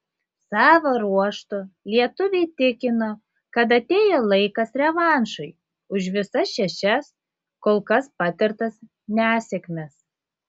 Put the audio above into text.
savo ruožtu lietuviai tikino kad atėjo laikas revanšui už visas šešias kol kas patirtas nesėkmes